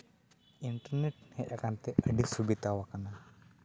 internet ᱦᱮᱡ ᱟᱠᱟᱱᱛᱮ ᱟᱹᱰᱤ ᱥᱩᱵᱤᱫᱷᱟᱣ ᱟᱠᱟᱱᱟ